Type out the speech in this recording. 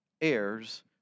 heirs